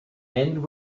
end